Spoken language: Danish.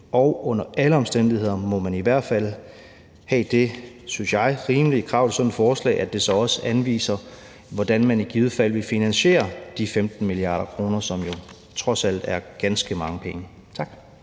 Og under alle omstændigheder må man i hvert fald have det, synes jeg, rimelige krav til sådan et forslag, at det så også anviser, hvordan forslagsstillerne i givet fald vil finansiere de 15 mia. kr., som trods alt er ganske mange penge. Tak.